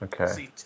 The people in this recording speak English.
Okay